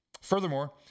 Furthermore